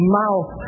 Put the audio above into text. mouth